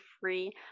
free